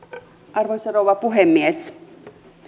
arvoisa rouva puhemies